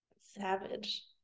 savage